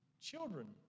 Children